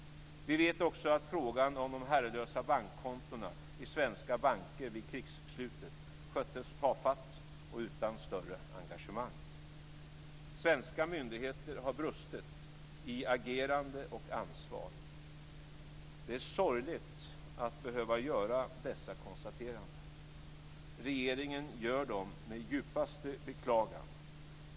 Svenska myndigheter har brustit i agerande och ansvar. Det är sorgligt att behöva göra dessa konstateranden. Regeringen gör dem med djupaste beklagande.